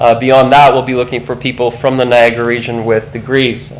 ah beyond that, we'll be looking for people from the niagara region with degrees.